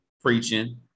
preaching